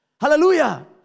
Hallelujah